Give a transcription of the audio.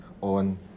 on